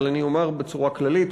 אבל אני אומר בצורה כללית,